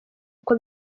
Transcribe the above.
uko